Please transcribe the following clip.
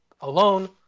Alone